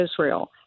Israel